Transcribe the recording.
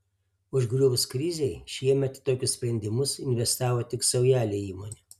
užgriuvus krizei šiemet į tokius sprendimus investavo tik saujelė įmonių